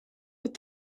but